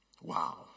Wow